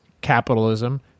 Capitalism